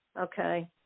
Okay